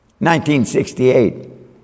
1968